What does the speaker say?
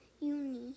Uni